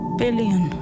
billion